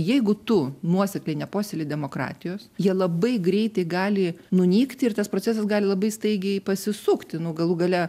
jeigu tu nuosekliai nepuoselėji demokratijos jie labai greitai gali nunykti ir tas procesas gali labai staigiai pasisukti nu galų gale